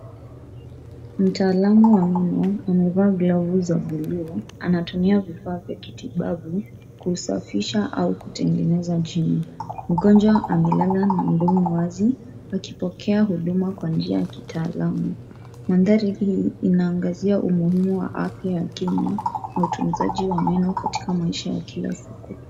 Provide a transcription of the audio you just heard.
Mtalamu wa meno amevaa glavu za bluu. Anatumia vifaa kitibabu kusafisha au kutengeneza jino. Mgonjwa amelala na mdomo wazi, akipokea huduma kwa njia ya kitaalamu. Mandhari hii inaangazia umuhimu wa afya ya kina na utunzaji wa meno katika maisha ya kila siku.